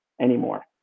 anymore